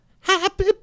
Happy